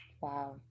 Wow